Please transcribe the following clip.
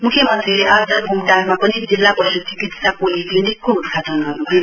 मुख्यमन्त्रीले आज बूमटारमा जिल्ला पशुचिकित्सा पोलिक्लिनिकको उद्घाटन गर्न्भयो